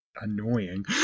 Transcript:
annoying